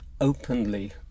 openly